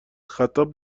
خطاب